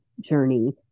journey